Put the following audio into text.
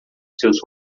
seus